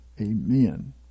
Amen